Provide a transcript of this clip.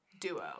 duo